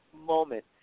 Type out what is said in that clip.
moment